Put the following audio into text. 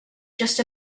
just